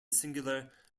singular